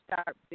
start